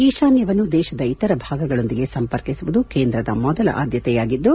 ಈತಾನ್ಯವನ್ನು ದೇಶದ ಇತರ ಭಾಗಗಳೊಂದಿಗೆ ಸಂಪರ್ಕಿಸುವುದು ಕೇಂದ್ರದ ಮೊದಲ ಆದ್ಯತೆಯಾಗಿದ್ದು